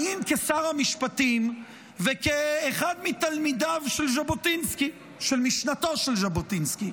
האם כשר המשפטים וכאחד מתלמידיו של משנתו של ז'בוטינסקי